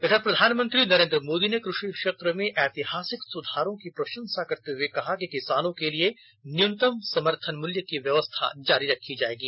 इधर प्रधानमंत्री नरेन्द्र मोदी ने कृषि क्षेत्र में ऐतिहासिक सुधारों की प्रशंसा करते हुए कहा कि किसानों के लिए न्यूनतम समर्थन मूल्य की व्यवस्था जारी रखी जाएगी